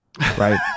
right